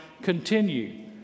continue